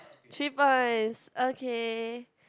three points okay